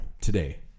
today